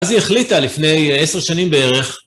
אז היא החליטה לפני עשר שנים בערך